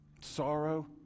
sorrow